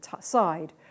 side